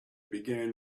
began